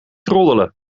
roddelen